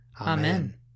Amen